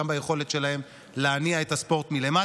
ביכולת שלהם להניע את הספורט מלמטה,